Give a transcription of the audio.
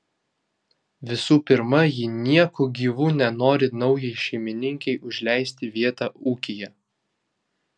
visų pirma ji nieku gyvu nenori naujai šeimininkei užleisti vietą ūkyje